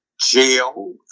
jail